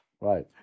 Right